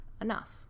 enough